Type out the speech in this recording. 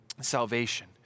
salvation